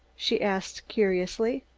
she asked curiously.